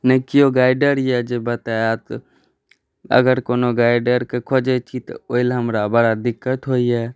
नहि केओ गाइडर अइ जे बताएत अगर कोनो गाइडरके खोजै छी तऽ ओहिलए हमरा बड़ा दिक्कत होइए